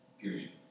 period